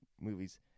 movies